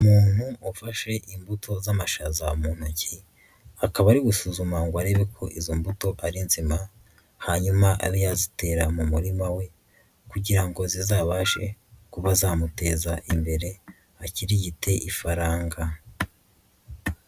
Umuntu wafashe imbuto z'amashaza mu intoki, akaba ari gusuzuma ngo arebe ko izo mbuto ari nzima hanyuma abe yazitera mu murima we kugira ngo zizabashe kuba zamuteza imbere akirigite ifaranga.